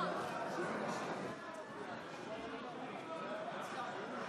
השר קיש, בבקשה.